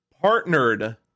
partnered